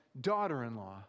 daughter-in-law